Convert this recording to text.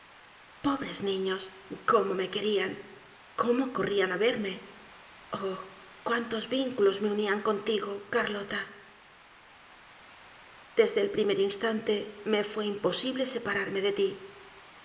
pobres niños cómo me querían cómo corrían al verme oh cuántos vínculos me unían contigo carlota desde el primer instante me fue imposible separarme de ti